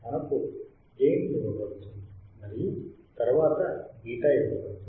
మనకు గెయిన్ ఇవ్వబడుతుంది మరియు తరువాత β ఇవ్వబడుతుంది